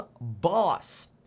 boss